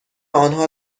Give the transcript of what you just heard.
آنها